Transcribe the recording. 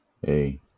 hey